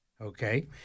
okay